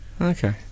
Okay